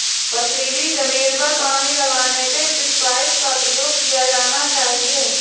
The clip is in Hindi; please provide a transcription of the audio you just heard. पथरीली ज़मीन पर पानी लगाने के किस पाइप का प्रयोग किया जाना चाहिए?